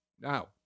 Now